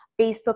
Facebook